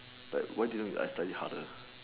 like why didn't I study harder